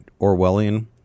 orwellian